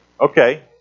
Okay